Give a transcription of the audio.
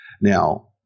Now